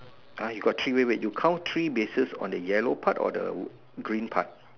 you got three wait wait you count three bases on the yellow part or the green part